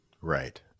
Right